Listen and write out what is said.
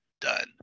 done